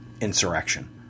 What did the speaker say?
Insurrection